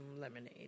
Lemonade